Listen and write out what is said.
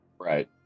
Right